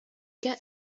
get